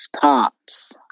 tops